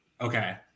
Okay